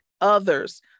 others